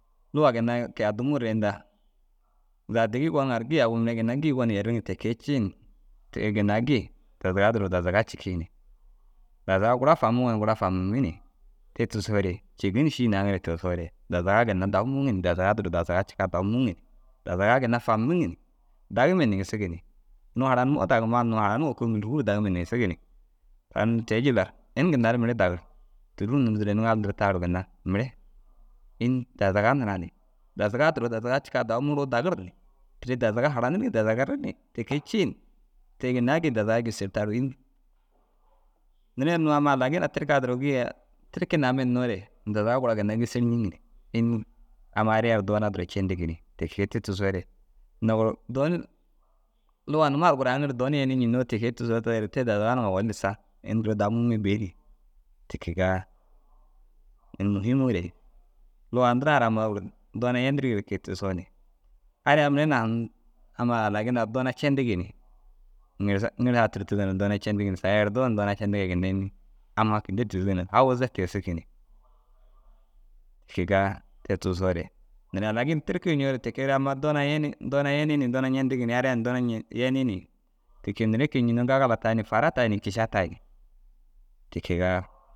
Luga ginna kôi addimuu ru inda zaga digi goniŋa ru gii agu mere ginna gii gonim yeriŋi te kee ciin te- u ginna gii dazaga duro dazaga cikii ni. Dazaga gura famuŋo na gura famummi ni. Te tigisoore cêni šîi naaŋire tigisoore dazaga ginna dau muuŋi ni dazaga duro dazaga cikaa dau muuŋi ni dazaga ginna famuŋi ni. Dagume ndigisigi ni nuŋu haranummoo dagimmaa hinnoo haraniŋire koo rûgur dagime ndigisigi ni. Tani unnu te- i jilla ru ini ginna ru mire dagir. Tôlufun nuruu duro ini ŋalir taruu ginna mire. Înni? Dazaga nira ni dazaga duro dazaga cikaa dau muuroo dagir ni dazaga haranirii dazagare ni. Te kee ciin te ginna u gii dazaga gêser înni? Neere unnu amma alagina tirkaa duro gii tirki naame hinnoore dazaga gura ginna gêser ncîŋ ni. Înni? Amma ariya doona duro cendigi ni te kee te tigisoore lugaa numa gor aŋ ru doon yenii ncênnoo ti kee tigisoo teere te dazaga nuwaa owonni lissa. Ini duro dau muume bêi ni ti kegaa ini muhimuure lugaa ndiraa ru amma ôwel doona yendirigire kee tigisoo ni ariyaa mura na aŋ amma alaginaa doona cendigi ni. Ŋirsa ŋirsaa tûrtugo na doona cendigi ni, saga erdoo na doona cendiga ginna înni? Ammaa kînila tigisigi ni hawaza tigisigi ni. Ti kegaa te tigisoore neere halagin tirki daa ncoore tike ru amma doona yeni doona yenii ni doona ncentigi ni ariyaa na yenii ni. Ti kee neere ke- i nciŋa gagala tayi ni fara tayi ni kiša tayi ni. Ti kegaa